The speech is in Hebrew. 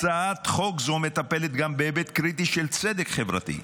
הצעת חוק זו מטפלת גם בהיבט קריטי של צדק חברתי.